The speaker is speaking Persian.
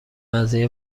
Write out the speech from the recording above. قضیه